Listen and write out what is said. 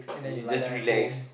is just relax